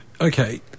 Okay